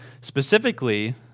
specifically